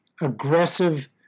aggressive